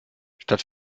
statt